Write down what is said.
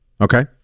Okay